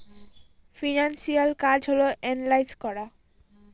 financial কাজ হল analyse করা